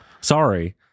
sorry